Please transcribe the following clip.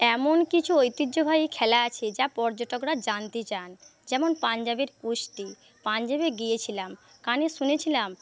এমন কিছু ঐতিহ্যবাহী খেলা আছে যা পর্যটকরা জানতে চান যেমন পাঞ্জাবের কুস্তি পাঞ্জাবে গিয়েছিলাম কানে শুনেছিলাম